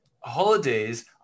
holidays